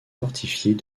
fortifiées